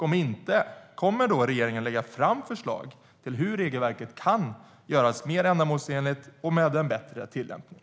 Om inte, kommer regeringen att lägga fram förslag på hur regelverket kan göras mer ändamålsenligt och med bättre tillämpning?